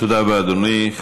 תודה רבה, אדוני.